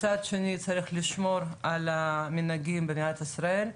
מצד שני צריך לשמור על המנהגים במדינת ישראל,